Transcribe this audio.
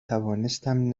توانستم